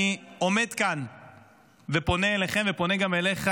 אני עומד כאן ופונה אליכם, ופונה גם אליך,